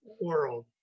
World